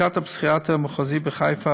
לשכת הפסיכיאטר המחוזי בחיפה,